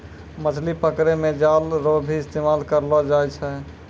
मछली पकड़ै मे जाल रो भी इस्तेमाल करलो जाय छै